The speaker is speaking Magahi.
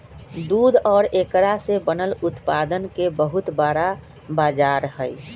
दूध और एकरा से बनल उत्पादन के बहुत बड़ा बाजार हई